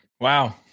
Wow